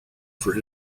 for